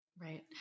Right